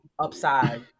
Upside